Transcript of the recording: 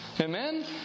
Amen